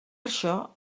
això